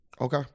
Okay